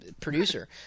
producer